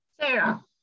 Sarah